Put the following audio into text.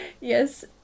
Yes